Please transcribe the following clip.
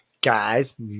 guys